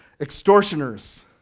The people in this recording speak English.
Extortioners